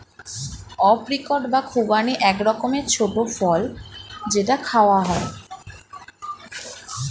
apricot বা খুবানি এক রকমের ছোট্ট ফল যেটা খাওয়া হয়